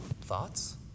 Thoughts